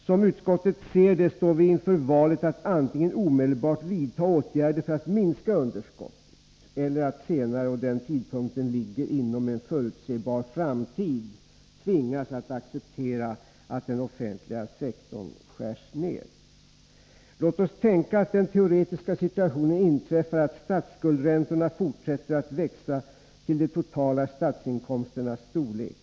Som utskottet ser det står vi nu inför valet att antingen omedelbart vidta åtgärder för att minska underskottet eller att senare — och den tidpunkten ligger inom en förutsebar framtid — tvingas att acceptera att den offentliga sektorn kraftigt skärs ned. Låt oss tänka att den teoretiska situationen inträffar att statsskuldräntorna fortsätter att växa till de totala statsinkomsternas storlek.